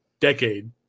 decade